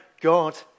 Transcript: God